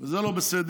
זה לא בסדר.